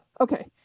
okay